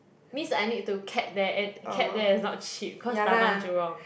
means I need to cab there and cab there is not cheap cause Taman-Jurong